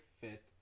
fit